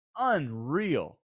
Unreal